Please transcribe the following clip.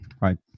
right